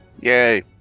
Yay